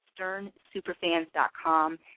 sternsuperfans.com